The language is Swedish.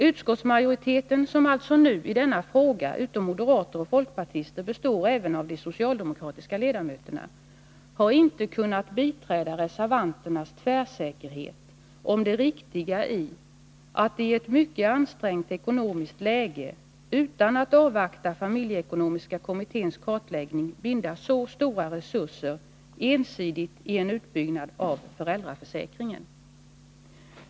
Utskottsmajoriteten, som alltså i denna fråga utom moderater och folkpartister omfattar även de socialdemokratiska ledamöterna, har inte kunnat instämma i reservanternas tvärsäkerhet i fråga om det riktiga i att i ett mycket ansträngt ekonomiskt läge, utan att avvakta familjeekonomiska kommitténs kartläggning, binda så stora resurser ensidigt i en utbyggnad av föräldraförsäkringen.